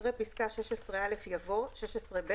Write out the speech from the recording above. אחרי פסקה (16א) יבוא: "(16ב)